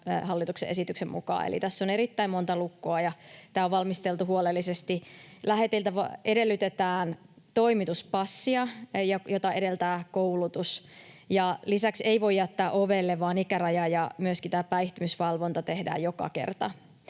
hallituksen esityksen mukaan. Eli tässä on erittäin monta lukkoa, ja tämä on valmisteltu huolellisesti. Lähetiltä edellytetään toimituspassia, jota edeltää koulutus. Lisäksi ei voi jättää ovelle, vaan ikäraja- ja myöskin tämä päihtymisvalvonta tehdään joka kerta.